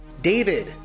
David